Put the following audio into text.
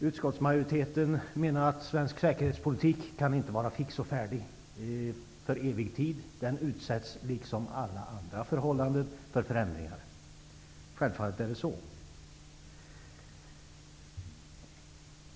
Utskottsmajoriteten menar att svensk säkerhetspolitik inte kan vara fix och färdig för evig tid; den utsätts liksom alla andra förhållanden för förändringar. Självfallet är det så.